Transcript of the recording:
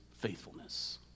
faithfulness